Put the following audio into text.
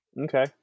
Okay